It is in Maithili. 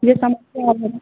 जे समस्या भेलै